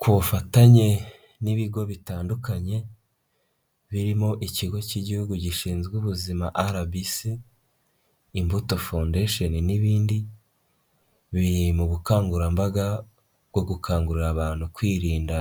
Ku bufatanye n'ibigo bitandukanye birimo: Ikigo cy'Igihugu Gishinzwe Ubuzima RBC, Imbuto Foundation n'ibindi, biri mu bukangurambaga bwo gukangurira abantu kwirinda